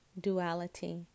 duality